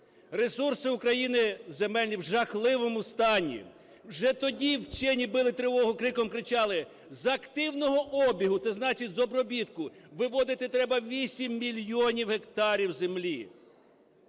ресурси України земельні в жахливому стані. Вже тоді вчені били тривогу, криком кричали, з активного обігу, це значить з обробітку виводити треба 8 мільйонів гектарів землі